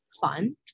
fun